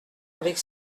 avec